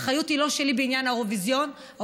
האחריות בעניין האירוויזיון היא לא שלי,